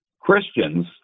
Christians